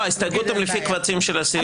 לא, ההסתייגויות הן לפי קבצים של הסיעות.